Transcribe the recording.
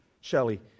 Shelley